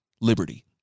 liberty